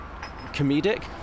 comedic